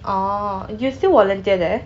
orh you still volunteer there